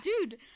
Dude